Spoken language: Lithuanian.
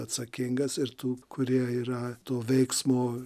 atsakingas ir tų kurie yra to veiksmo